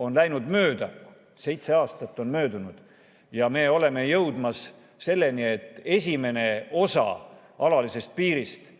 on läinud mööda. Seitse aastat on möödunud ja me oleme jõudmas selleni, et esimene osa alalisest piirist